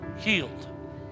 healed